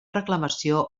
reclamació